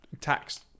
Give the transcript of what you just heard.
tax